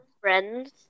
friends